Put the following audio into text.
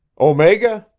omega?